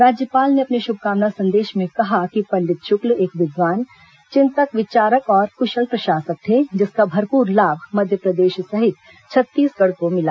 राज्यपाल ने अपने शुभकामना संदेश में कहा है कि पंडित शुक्ल एक विद्वान चिंतक विचारक और कुशल प्रशासक थे जिसका भरपूर लाभ मध्यप्रदेश सहित छत्तीसगढ़ को मिला